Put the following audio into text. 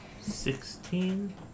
Sixteen